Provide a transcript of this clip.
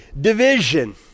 division